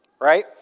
Right